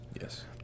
Yes